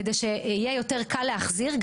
כדי שיהיה יותר קל להחזיר.